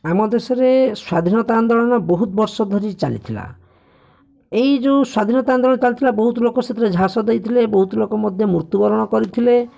ଆମ ଦେଶରେ ସ୍ୱାଧୀନତା ଆନ୍ଦୋଳନ ବହୁତ ବର୍ଷଧରି ଚାଲିଥିଲା ଏହି ଯେଉଁ ସ୍ୱାଧୀନତା ଆନ୍ଦୋଳନ ଚାଲିଥିଲା ବହୁତ ଲୋକ ସେଥିରେ ଝାସ ଦେଇଥିଲେ ବହୁତ ଲୋକ ମଧ୍ୟ ମୃତ୍ୟୁବରଣ କରିଥିଲେ